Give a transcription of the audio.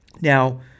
Now